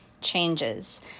changes